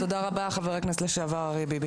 תודה רבה, חבר הכנסת לשעבר אריה ביבי.